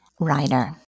Reiner